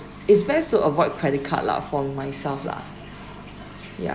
it's best to avoid credit card lah for myself lah ya